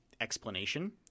explanation